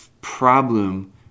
problem